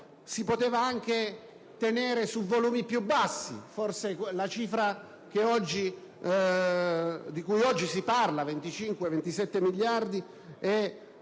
si poteva anche tenere su volumi più bassi. Forse la cifra di cui oggi si parla, pari a 25-27 miliardi,